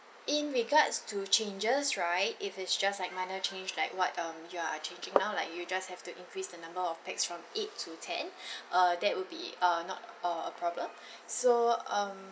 in regards to changes right if it's just like minor change like what um you are changing now like you just have to increase the number of pax from eight to ten err that would be uh not err a problem so um